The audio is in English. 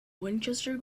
winchester